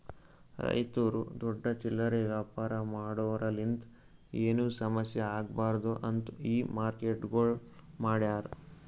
ರೈತುರು ದೊಡ್ಡ ಚಿಲ್ಲರೆ ವ್ಯಾಪಾರ ಮಾಡೋರಲಿಂತ್ ಏನು ಸಮಸ್ಯ ಆಗ್ಬಾರ್ದು ಅಂತ್ ಈ ಮಾರ್ಕೆಟ್ಗೊಳ್ ಮಾಡ್ಯಾರ್